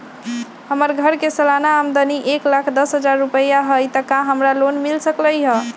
हमर घर के सालाना आमदनी एक लाख दस हजार रुपैया हाई त का हमरा लोन मिल सकलई ह?